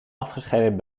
afgescheiden